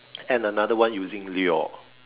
and another one using lure